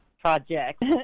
project